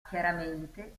chiaramente